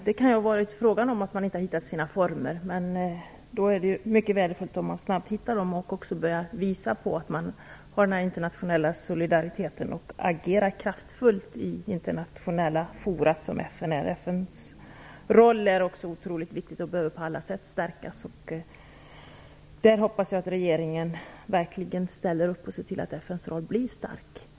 Det vore därför mycket värdefullt om man snabbt fann dessa former, började visa att man har en internationell solidaritet och agerade kraftfullt i det internationella forum som FN är. FN:s roll är otroligt viktig och behöver stärkas på alla sätt. Jag hoppas att regeringen verkligen ställer upp och ser till att FN blir starkt.